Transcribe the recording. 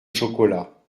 chocolat